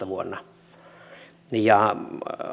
vuonna kaksituhattakaksitoista ja